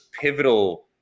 pivotal